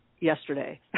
yesterday